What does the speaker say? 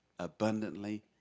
abundantly